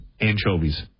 anchovies